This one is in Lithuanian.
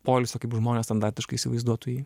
poilsio kaip žmonės standartiškai įsivaizduotų jį